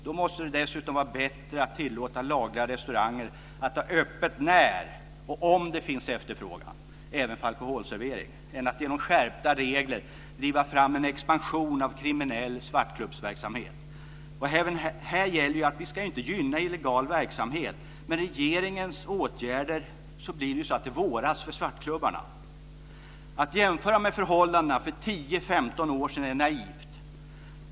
Det måste dessutom vara bättre att tillåta lagliga restauranger att ha öppet när och om det finns efterfrågan även på alkoholservering än att genom skärpta regler driva fram en expansion av kriminell svartklubbsverksamhet. Även här gäller att vi inte ska gynna illegal verksamhet. Med regeringens åtgärder våras det för svartklubbarna. Att jämföra med förhållandena för 10-15 år sedan är naivt.